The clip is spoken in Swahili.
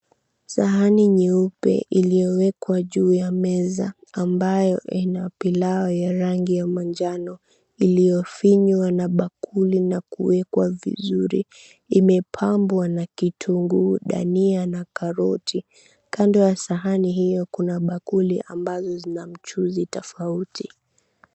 Sahani nyeupe iliyowekwa juu ya meza ambayo ina pilau ya rangi ya manjano iliyofinywa na bakuli na kuwekwa vizuri imepambwa na kitunguu, ndania na karoti. Kando ya sahani hiyo kuna bakuli ambazo zina mchuzi tofauti.